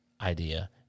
idea